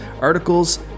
articles